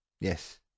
Yes